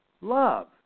love